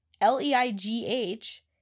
L-E-I-G-H